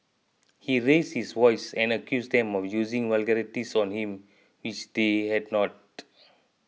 he raised his voice and accused them of using vulgarities on him which they had not